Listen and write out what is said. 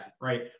right